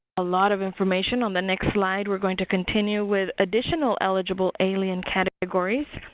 a lot of information on the next slide. we're going to continue with additional eligible alien categories.